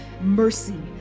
mercy